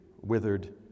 withered